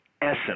essence